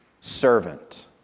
servant